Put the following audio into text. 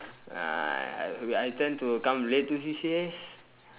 uh I I tend to come late to C_C_As